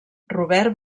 robert